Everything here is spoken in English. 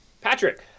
Patrick